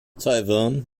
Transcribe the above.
taiwan